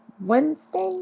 Wednesday